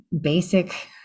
basic